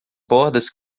bordas